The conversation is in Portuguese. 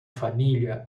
família